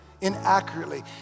inaccurately